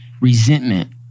resentment